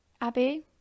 Abby